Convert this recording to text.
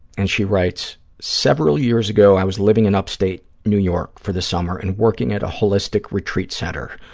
and she writes, several years ago i was living in upstate new york for the summer and working at a holistic retreat center.